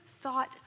thought